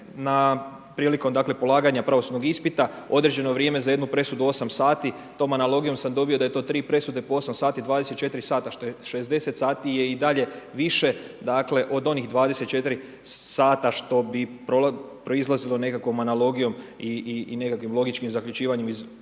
na, prilikom dakle polaganja pravosudnog ispita određeno vrijeme za jednu presudu 8 sati, tom analogijom sam dobio da je to 3 presude po 8 sati, 24h što je 60 sati je i dalje više, dakle od onih 24h što bi proizlazilo nekakvom analogijom i nekakvim logičkim zaključivanjem iz